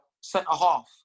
centre-half